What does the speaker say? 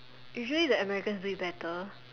usually the americans do it better